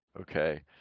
okay